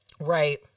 Right